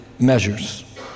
measures